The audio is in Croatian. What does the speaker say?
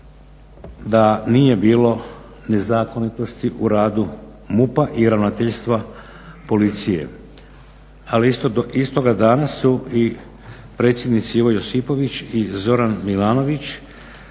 da nije bilo nezakonitosti u radu MUP-a i ravnateljstva policije. Ali istoga dana su i predsjednici Ivo Josipović i Zoran Milanović